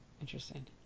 Interesting